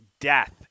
death